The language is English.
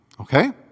Okay